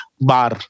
bar